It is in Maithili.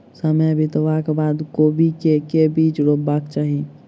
समय बितबाक बाद कोबी केँ के बीज रोपबाक चाहि?